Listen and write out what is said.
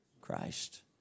Christ